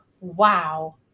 wow